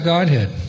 Godhead